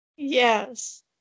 Yes